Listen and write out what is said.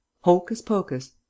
Hocus-pocus